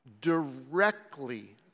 directly